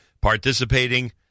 participating